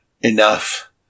enough